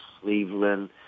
Cleveland